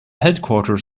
headquarters